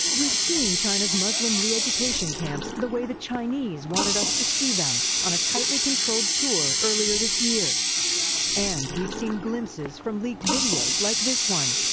we've seen china's muslim reeducation camps the way the chinese wanted us to see them, on a tightly controlled tour earlier this year i mean um and we've seen glimpses from leaked videos like this one.